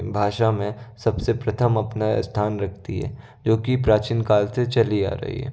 भाषा में सबसे प्रथम अपना स्थान रखती है जो कि प्राचीनकाल से चली आ रही है